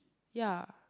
ya